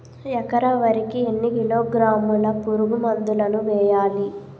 ఎకర వరి కి ఎన్ని కిలోగ్రాముల పురుగు మందులను వేయాలి?